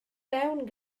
mewn